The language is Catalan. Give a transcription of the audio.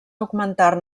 augmentar